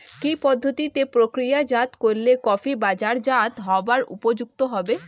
কি পদ্ধতিতে প্রক্রিয়াজাত করলে কফি বাজারজাত হবার উপযুক্ত হবে?